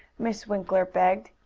miss winkler begged.